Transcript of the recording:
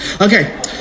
Okay